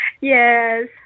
Yes